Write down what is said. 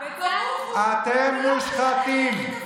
אתם מושחתים.